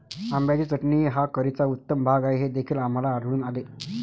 आंब्याची चटणी हा करीचा उत्तम भाग आहे हे देखील आम्हाला आढळून आले